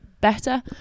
better